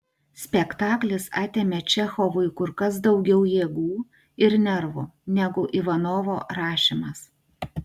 spektaklis atėmė čechovui kur kas daugiau jėgų ir nervų negu ivanovo rašymas